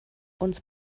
uns